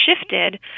shifted